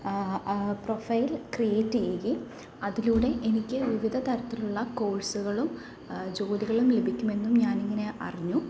profile create ചെയ്യുകയും അതിലൂടെ എനിക്ക് വിവിധ തരത്തിലുള്ള കോഴ്സുകളും ജോലികളും ലഭിക്കുമെന്നും ഞാനിങ്ങനെ അറിഞ്ഞു